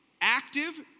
active